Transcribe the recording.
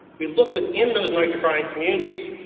we look within those nitrifying communities.